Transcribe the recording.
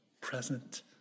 present